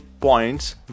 points